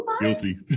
Guilty